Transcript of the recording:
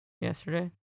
Yesterday